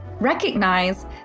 recognize